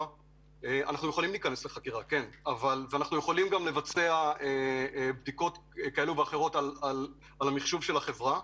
ואנחנו יכולים לבצע בדיקות כאלו ואחרות במחשבי החברה,